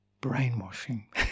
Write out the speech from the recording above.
brainwashing